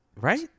right